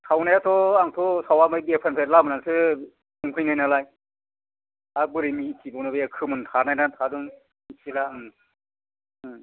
सावनायाथ' आंथ' सावा बेफारिनिफ्राय लाबोनासो संफैनाय नालाय हाब बोरै मिथिबावनो बे खोमोन थानाय ना थादों मिथिला